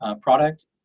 product